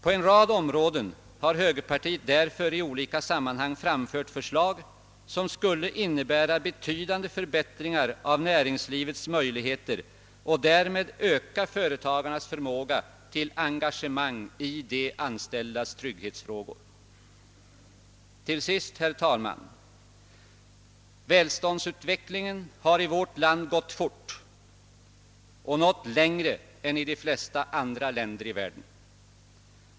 På en rad områden har högerpartiet därför i olika sammanhang framfört förslag som skulle innebära betydande förbättringar av näringslivets möjligheter och därmed öka företagarnas förmåga till engagemang i de anställdas trygghetsfrågor. Till sist, herr talman! Välståndsutvecklingen har i vårt land gått fort och nått längre än i de flesta andra länder i världen.